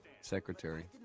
secretary